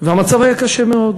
והמצב היה קשה מאוד.